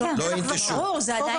לא ינטשו.